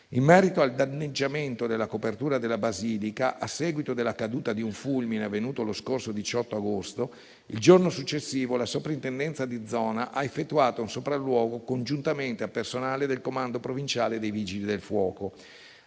In merito al danneggiamento della copertura della Basilica a seguito della caduta di un fulmine, avvenuta lo scorso 18 agosto, il giorno successivo la Soprintendenza di zona ha effettuato un sopralluogo, congiuntamente al personale del Comando provinciale dei Vigili del fuoco.